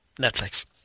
Netflix